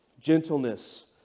gentleness